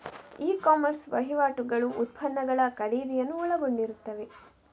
E commerce ವಹಿವಾಟುಗಳು ಉತ್ಪನ್ನಗಳ ಖರೀದಿಯನ್ನು ಒಳಗೊಂಡಿರುತ್ತವೆ